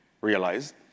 realized